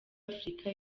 afrika